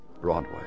Broadway